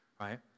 right